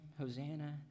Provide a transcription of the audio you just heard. Hosanna